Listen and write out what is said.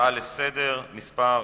הצעה לסדר-היום מס'